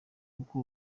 uko